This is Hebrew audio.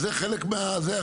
אז זה חלק מזה.